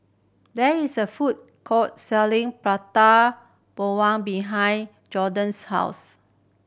there is a food court selling Prata Bawang behind Jordyn's house